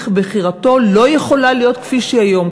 בחירתו לא יכולה להיות כפי שהיא היום,